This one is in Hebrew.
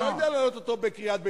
אני לא יודע להעלות אותו בקריאת ביניים.